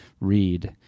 read